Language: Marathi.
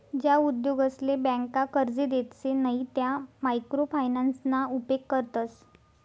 ज्या उद्योगसले ब्यांका कर्जे देतसे नयी त्या मायक्रो फायनान्सना उपेग करतस